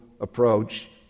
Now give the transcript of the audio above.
approach